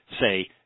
say